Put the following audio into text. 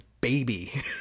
baby